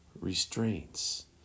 restraints